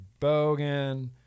Bogan